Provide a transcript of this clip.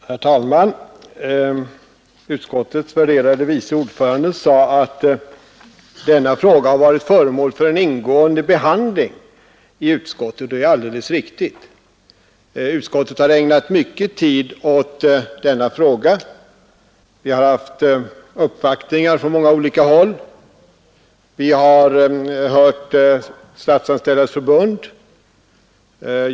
Herr talman! Utskottets värderade vice ordförande sade att denna fråga har varit föremål för en ingående behandling i utskottet, och det är alldeles riktigt. Utskottet har ägnat mycken tid åt den. Vi har haft uppvaktningar från många olika håll. Vi har hört Statsanställdas förbund.